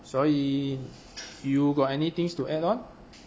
所以 you got anythings to add on